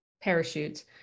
parachutes